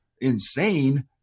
insane